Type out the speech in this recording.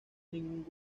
ningún